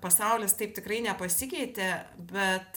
pasaulis taip tikrai nepasikeitė bet